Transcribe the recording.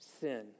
sin